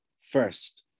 first